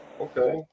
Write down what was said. okay